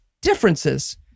differences